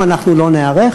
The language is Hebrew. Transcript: אם אנחנו לא ניערך,